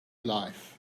life